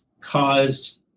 caused